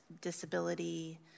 disability